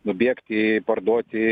nubėgti parduoti